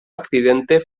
accidente